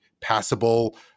passable